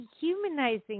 dehumanizing